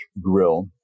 Grill